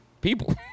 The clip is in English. People